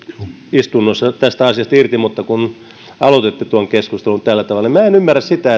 istunnossa tästä asiasta irti mutta kun aloititte tuon keskustelun tällä tavalla minä en ymmärrä sitä